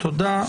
תודה.